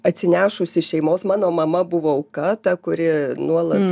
atsinešusi šeimos mano mama buvo auka ta kuri nuolat